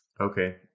Okay